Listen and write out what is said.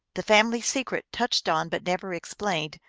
the family secret, touched on but never explained,